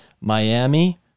Miami